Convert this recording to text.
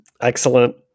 Excellent